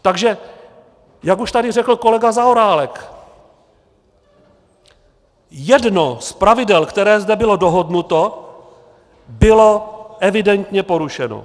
Takže jak už tady řekl kolega Zaorálek, jedno z pravidel, které zde bylo dohodnuto, bylo evidentně porušeno.